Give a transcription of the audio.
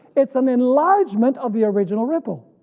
it's an enlargement of the original ripple.